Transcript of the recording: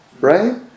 Right